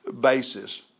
basis